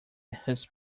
his